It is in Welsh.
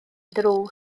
drws